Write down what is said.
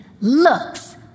looks